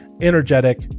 energetic